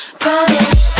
promise